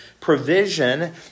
provision